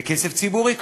בכסף ציבורי כמובן,